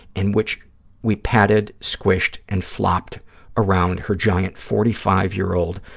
in which we patted, squished and flopped around her giant forty five year old,